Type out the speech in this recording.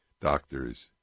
doctors